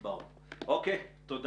תודה.